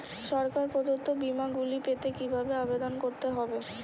সরকার প্রদত্ত বিমা গুলি পেতে কিভাবে আবেদন করতে হবে?